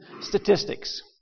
statistics